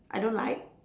I don't like